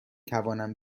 توانم